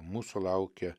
mūsų laukia